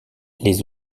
les